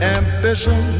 ambition